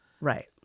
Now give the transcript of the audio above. right